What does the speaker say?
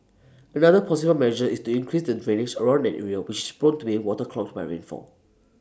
another possible measure is to increase the drainage around an area which is prone to being waterlogged by rainfall